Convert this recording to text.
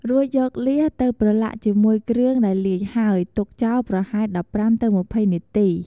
រូចយកលៀសទៅប្រឡាក់ជាមួយគ្រឿងដែលលាយហើល ទុកចោលប្រហែល ១៥ទៅ២០ នាទី។